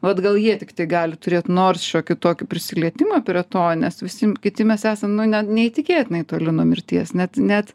vat gal jie tiktai gali turėt nors šiokį tokį prisilietimą prie to nes visi kiti mes esam nu ne neįtikėtinai toli nuo mirties net net